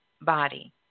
body